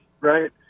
right